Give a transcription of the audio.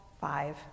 five